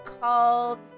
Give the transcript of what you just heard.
Called